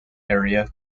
area